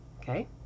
okay